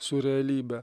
su realybe